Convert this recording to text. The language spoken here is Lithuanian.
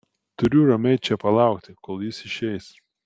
turiu ramiai čia palaukti kol jis išeis